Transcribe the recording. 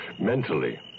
Mentally